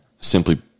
simply